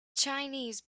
chinese